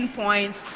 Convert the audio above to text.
points